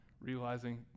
realizing